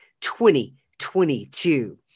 2022